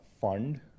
fund